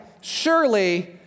surely